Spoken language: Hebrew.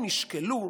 הם ישקלו,